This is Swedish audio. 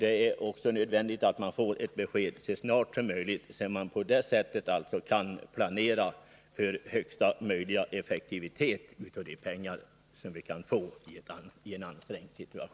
Det är nödvändigt att ett besked ges så snart som möjligt, så att man kan planera för att de pengar som kan utgå används på bästa möjliga sätt.